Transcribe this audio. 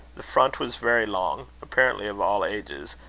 the front was very long, apparently of all ages,